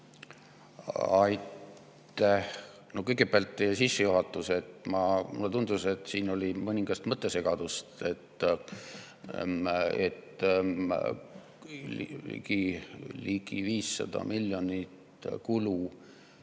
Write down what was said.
Aitäh! No kõigepealt teie sissejuhatus – mulle tundus, et siin oli mõningast mõttesegadust. See ligi 500 miljonit kulu